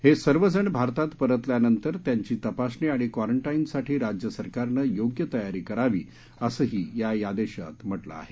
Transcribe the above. हे सर्वजण भारतात परतल्यानंतर त्यांची तपासणी आणि क्वारंटाईनसाठी राज्य सरकारनं योग्य तयारी करावी असंही या आदेशात म्हटलं आहे